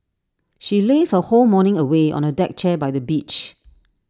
she lazed her whole morning away on A deck chair by the beach